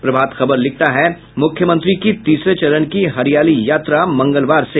प्रभात खबर लिखता है मुख्यमंत्री की तीसरे चरण की हरियाली यात्रा मंगलवार से